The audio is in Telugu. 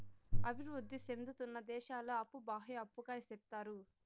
అభివృద్ధి సేందుతున్న దేశాల అప్పు బాహ్య అప్పుగా సెప్తారు